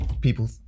people